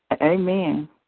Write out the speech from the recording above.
Amen